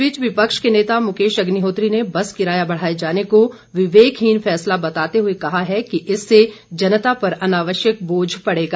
इस बीच विपक्ष के नेता मुकेश अग्निहोत्री ने बस किराया बढ़ाए जाने को विवेकहीन फैसला बताते हुए कहा है कि इससे जनता पर अनावश्यक बोझ पड़ेगा